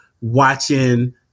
watching